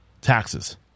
Taxes